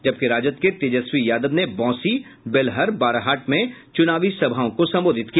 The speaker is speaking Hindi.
जबकि राजद के तेजस्वी यादव ने बौंसी बेलहर बाराहाट में चुनावी सभाओं को संबोधित किया